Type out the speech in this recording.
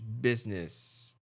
business